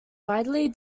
widely